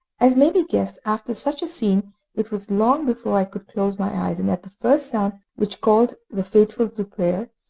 as may be guessed, after such a scene it was long before i could close my eyes, and at the first sound which called the faithful to prayer,